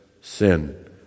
sin